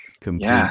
Complete